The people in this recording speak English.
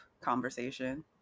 conversation